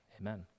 Amen